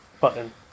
Button